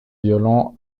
violon